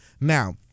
now